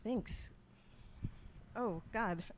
thanks oh god